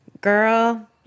Girl